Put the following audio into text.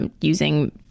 using